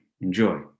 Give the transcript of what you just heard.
Enjoy